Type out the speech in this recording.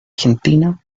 argentina